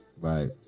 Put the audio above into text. Right